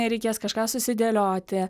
reikės kažką susidėlioti